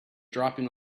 dropping